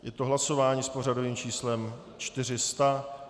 Je to hlasování s pořadovým číslem 400.